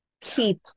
keep